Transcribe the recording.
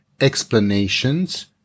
explanations